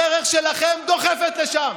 הדרך שלכם דוחפת לשם.